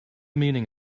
meaning